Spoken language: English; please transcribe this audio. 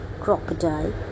crocodile